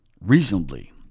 reasonably